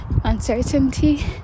Uncertainty